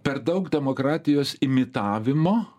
per daug demokratijos imitavimo